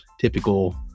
typical